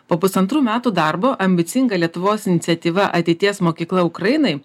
po pusantrų metų darbo ambicinga lietuvos iniciatyva ateities mokykla ukrainai